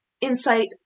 insight